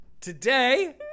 Today